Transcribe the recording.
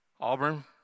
Auburn